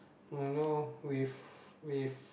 might know with with